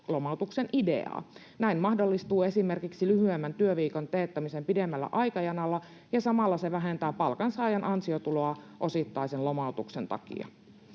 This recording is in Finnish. lomautuksen ideaa. Näin mahdollistuu esimerkiksi lyhyemmän työviikon teettäminen pidemmällä aikajanalla, ja samalla se vähentää palkansaajan ansiotuloa osittaisen lomautuksen takia.